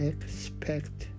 Expect